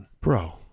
bro